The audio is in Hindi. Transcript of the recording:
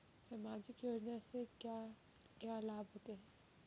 सामाजिक योजना से क्या क्या लाभ होते हैं?